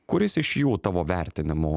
kuris iš jų tavo vertinimu